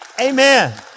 Amen